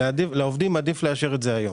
לעובדים עדיף לאשר את זה היום.